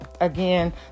again